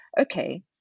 okay